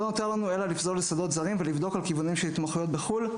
לא נותר לנו אלא לפזול לשדות זרים ולבדוק כיוונים של התמחויות בחו"ל.